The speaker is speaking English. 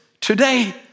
Today